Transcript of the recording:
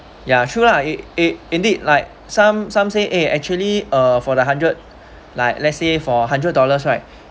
ya true lah in in indeed like some some say eh actually uh for the hundred like let's say for hundred dollars right